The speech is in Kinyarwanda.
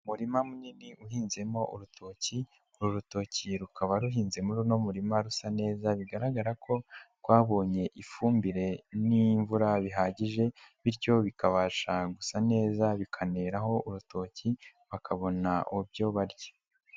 Umurima munini uhinzemo urutoki, uru rutoki rukaba ruhinze muri uno murima rusa neza bigaragara ko rwabonye ifumbire n'imvura bihagije, bityo bikabasha gusa neza, bikaneraho urutoki bakabona ibyo barya.